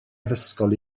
addysgol